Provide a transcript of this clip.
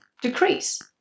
decrease